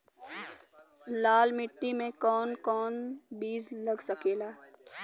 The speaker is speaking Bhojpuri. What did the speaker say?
लाल मिट्टी में कौन कौन बीज लग सकेला?